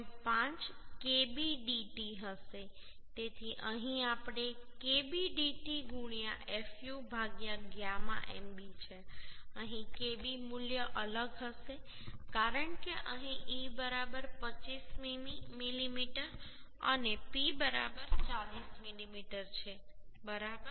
5 kbdt હશે તેથી અહીં આપણે kbdt fu γ mb છે અહીં kb મૂલ્ય અલગ હશે કારણ કે અહીં e બરાબર 25 મીમી અને p બરાબર 40 મીમી છે બરાબર